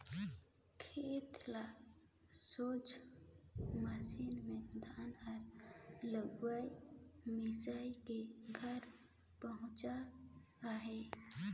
खेते ले सोझ मसीन मे धान हर लुवाए मिसाए के घरे पहुचत अहे